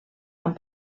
amb